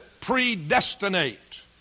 predestinate